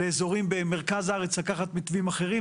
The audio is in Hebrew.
לאזורים במרכז הארץ לקחת מתווים אחרים.